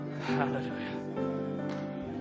Hallelujah